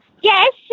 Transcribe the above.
Yes